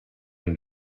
and